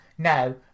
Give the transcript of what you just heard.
now